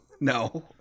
No